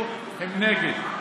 היא נגד,